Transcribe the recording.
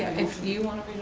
if you want to